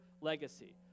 legacy